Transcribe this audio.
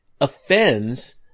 offends